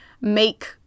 make